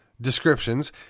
descriptions